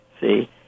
See